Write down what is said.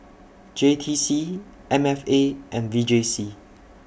J T C M F A and V J C